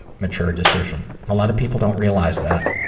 mature decision. a lot of people don't realize that.